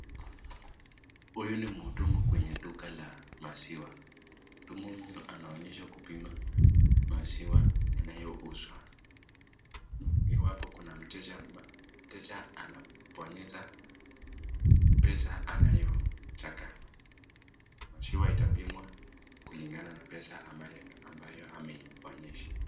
Huyu ni muudumu kwenye duka la maziwa. Muhudumu huyu anaoshesha kupima maziwa yanayo uzwa iwapo kuna mteja anabonyeza pesa anayotaka. Maziwa itapimwa kulingana na pesa ambayo ameibonyeza.